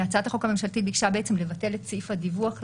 הצעת החוק הממשלתית ביקשה לבטל את סעיף הדיווח לוועדה,